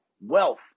wealth